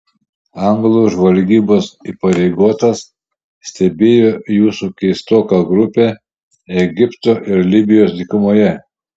anglų žvalgybos įpareigotas stebėjo jūsų keistoką grupę egipto ir libijos dykumoje